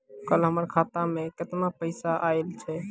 कल हमर खाता मैं केतना पैसा आइल छै?